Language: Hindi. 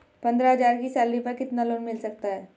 पंद्रह हज़ार की सैलरी पर कितना लोन मिल सकता है?